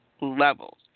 levels